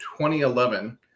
2011